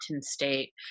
state